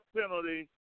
penalty